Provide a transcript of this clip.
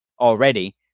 already